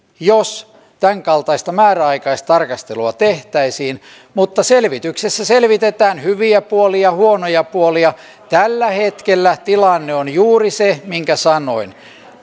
jos tämänkaltaista määräaikaistarkastelua tehtäisiin mutta selvityksessä selvitetään hyviä puolia huonoja puolia tällä hetkellä tilanne on juuri se minkä sanoin